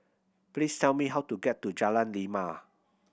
please tell me how to get to Jalan Lima